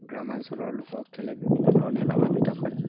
গ্ৰামাঞ্চলৰ লোকক খেলে বিভিন্ন ধৰণে লাভান্বিত কৰে